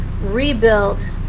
rebuilt